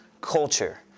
culture